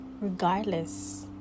regardless